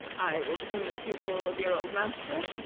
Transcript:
i will become the pupil of your old master,